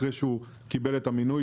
אחרי שהוא קיבל את המינוי,